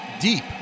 deep